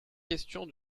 questions